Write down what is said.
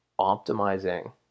optimizing